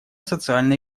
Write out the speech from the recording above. социально